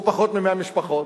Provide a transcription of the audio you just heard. הוא פחות מ-100 משפחות.